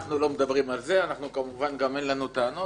אנחנו לא מדברים על זה, גם כמובן שאין לנו טענות.